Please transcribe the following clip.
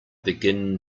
begin